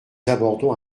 abordons